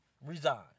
Resign